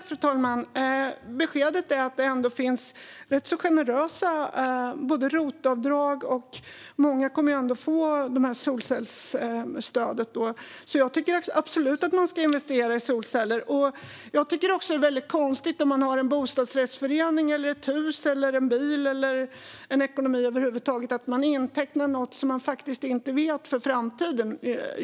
Fru talman! Beskedet är att det ändå finns rätt så generösa ROT-avdrag, och många kommer ändå att få solcellsstöd. Jag tycker absolut att man ska investera i solceller. Jag tycker att det är mycket konstigt om en bostadsrättsförening, en villaägare, en bilägare eller någon som har en ekonomi över huvud taget intecknar något som de faktiskt inte vet någonting om för framtiden.